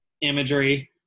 imagery